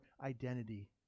identity